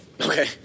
Okay